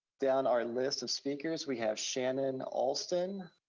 down our list of speakers, we have shannon alston.